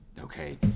Okay